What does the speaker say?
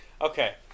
Okay